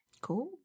Cool